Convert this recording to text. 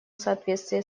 соответствии